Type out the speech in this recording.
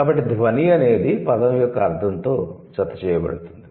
కాబట్టి ధ్వని అనేది పదం యొక్క అర్ధంతో జతచేయబడుతుంది